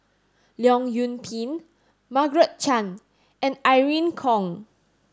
Leong Yoon Pin Margaret Chan and Irene Khong